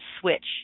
switch